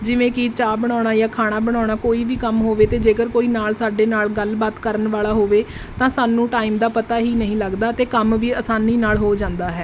ਜਿਵੇਂ ਕਿ ਚਾਹ ਬਣਾਉਣਾ ਜਾਂ ਖਾਣਾ ਬਣਾਉਣਾ ਕੋਈ ਵੀ ਕੰਮ ਹੋਵੇ ਅਤੇ ਜੇਕਰ ਕੋਈ ਨਾਲ ਸਾਡੇ ਨਾਲ ਗੱਲਬਾਤ ਕਰਨ ਵਾਲਾ ਹੋਵੇ ਤਾਂ ਸਾਨੂੰ ਟਾਈਮ ਦਾ ਪਤਾ ਹੀ ਨਹੀਂ ਲੱਗਦਾ ਅਤੇ ਕੰਮ ਵੀ ਆਸਾਨੀ ਨਾਲ ਹੋ ਜਾਂਦਾ ਹੈ